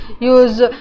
use